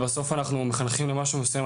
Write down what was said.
בסוף אנחנו מחנכים למשהו מסוים,